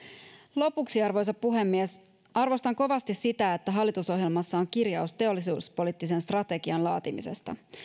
lopuksi arvoisa puhemies arvostan kovasti sitä että hallitusohjelmassa on kirjaus teollisuuspoliittisen strategian laatimisesta